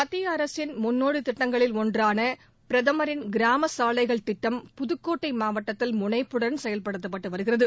மத்திய அரசின் முன்னோடி திட்டங்களில் ஒன்றான பிரதமரின் கிராமச் சாலைகள் திட்டம் புதுக்கோட்டை மாவட்டத்தில் முனைப்புடன் செயல்படுத்தப்பட்டு வருகிறது